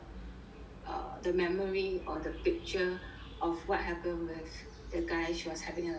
err the memory or the picture of what happened with the guy she was having an affair